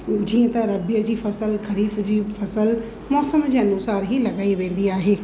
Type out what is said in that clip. जीअं त रबीअ जी फ़सुलु ख़रीफ़ जी फ़सुलु मौसम जे अनुसारु ई लॻाई वेंदी आहे